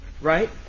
right